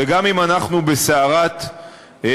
וגם אם אנחנו בסערת רגשות,